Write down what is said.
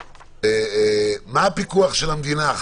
מה הפיקוח של המדינה?